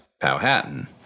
Powhatan